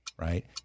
right